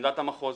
ועמדת המחוז.